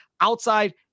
outside